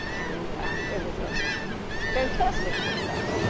and it was a fantastic success.